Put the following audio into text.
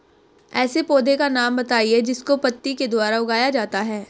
ऐसे पौधे का नाम बताइए जिसको पत्ती के द्वारा उगाया जाता है